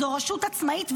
זו רשות עצמאית,